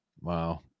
Wow